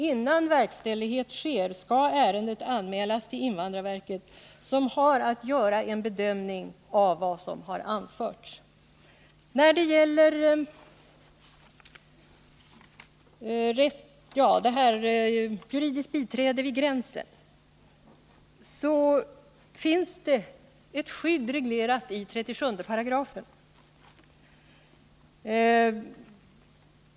Innan verkställighet sker skall resp. ärende anmälas till invandrarverket, som har att göra en bedömning av vad som har anförts. När det gäller juridiskt biträde vid gränsen finns det ett skydd. reglerat i 37 §.